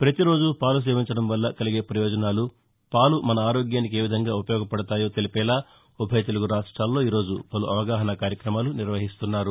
ప్రతి రోజు పాలు సేవించడం వల్ల కలిగే ప్రయోజనాలు పాలు మన ఆరోగ్యానికి ఏ విధంగా ఉపయోగపడతాయో తెలిపేలా ఉభయ తెలుగు రాష్ట్లాల్లో ఈ రోజు పలు అవగాహన కార్యక్రమాలు నిర్వహిస్తున్నారు